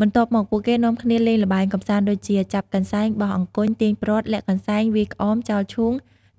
បន្ទាប់មក ពួកគេនាំគ្នាលេងល្បែងកម្សាន្តដូចជា ចាប់កន្សែង បោះអង្គញ់ ទាញព្រ័ត្រ លាក់កន្សែង វាយក្អម ចោលឈូង